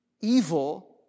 Evil